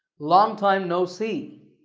long time, no see.